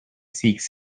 seeks